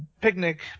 picnic